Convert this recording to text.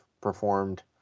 performed